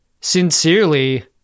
sincerely